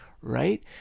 right